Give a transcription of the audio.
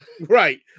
Right